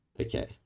okay